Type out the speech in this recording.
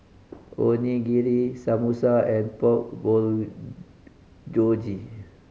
Onigiri Samosa and Pork Bulgogi